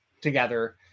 together